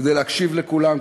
כדי להקשיב לכולם,